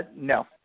No